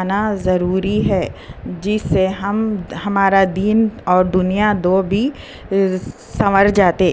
آنا ضروری ہے جس سے ہم ہمارا دین اور دنیا دو بھی سنور جاتے